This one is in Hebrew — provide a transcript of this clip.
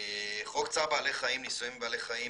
חוק צער בעלי חיים (ניסויים בבעלי חיים),